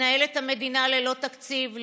מתנהלת המדינה ללא תקציב,